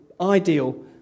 ideal